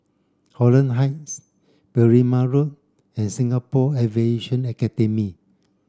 Holland Heights Berrima Road and Singapore Aviation Academy